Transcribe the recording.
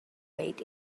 weight